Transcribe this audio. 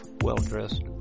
well-dressed